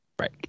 right